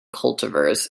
cultivars